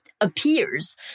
appears